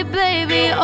baby